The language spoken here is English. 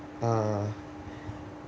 uh